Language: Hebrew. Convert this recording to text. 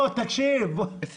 מה